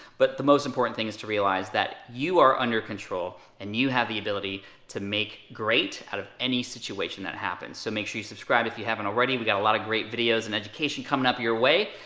but the most important thing is to realize that you are under control. and you have the ability to make great out of any situation that happens. so make sure you subscribe if you haven't already. we've got a lot of great videos and education coming up your way.